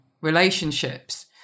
relationships